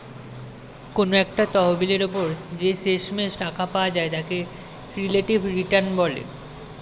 কোনো একটা তহবিলের উপর যে শেষমেষ টাকা পাওয়া যায় তাকে রিলেটিভ রিটার্ন বলে